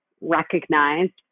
recognized